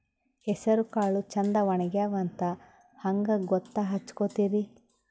ಹೆಸರಕಾಳು ಛಂದ ಒಣಗ್ಯಾವಂತ ಹಂಗ ಗೂತ್ತ ಹಚಗೊತಿರಿ?